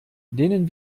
denen